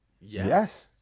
Yes